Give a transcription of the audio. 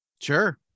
sure